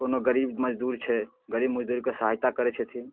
कोनो गरीब मजदूर छै गरीब मजदूरके सहायता करै छथिन